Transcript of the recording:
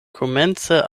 komence